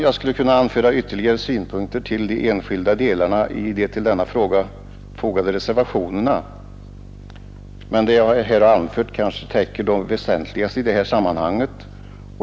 Jag skulle kunna anföra ytterligare synpunkter till de enskilda delarna i de till denna fråga fogade reservationerna. Det jag anfört kanske täcker det väsentligaste i det här sammanhanget.